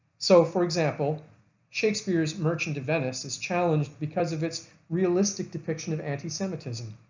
so for example shakespeare's merchant of venice is challenged because of its realistic depiction of anti-semitism.